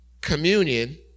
communion